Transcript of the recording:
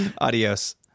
Adios